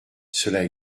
cela